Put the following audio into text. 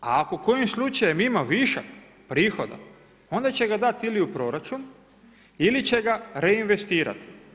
A ako kojim slučajem ima višak prihoda onda će ga dati ili u proračun ili će ga reinvestirati.